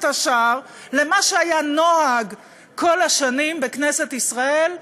השער למה שהיה נוהַג כל השנים בכנסת ישראל,